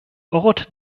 ort